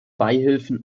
beihilfen